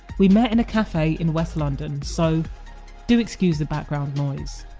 we met in a cafe in west london, so do excuse the background noise